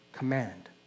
command